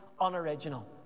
unoriginal